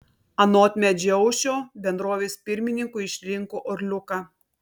anot medžiaušio bendrovės pirmininku išrinko orliuką